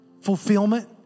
fulfillment